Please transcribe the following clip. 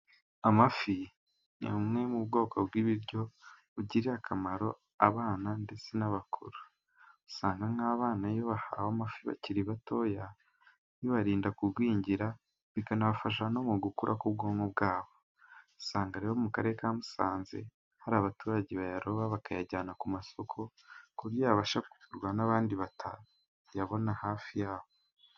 Amafi ni bumwe mu bwoko bw'ibiryo bugirira akamaro abana ndetse n'abakuru, usanga nk'abana iyo bariye amafi bakiri batoya bibarinda kugwingira bikanabafasha no mu gukura k'ubwonko bwabo. Usanga rero mu Karere ka Musanze hari abaturage bayaroba bakayajyana ku masoko ku buryo yabasha kugurwa n'abandi batayabona hafi yabo.